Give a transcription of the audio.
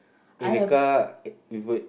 in a car it would